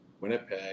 winnipeg